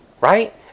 Right